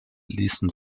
ließen